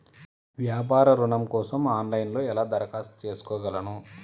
వ్యాపార ఋణం కోసం ఆన్లైన్లో ఎలా దరఖాస్తు చేసుకోగలను?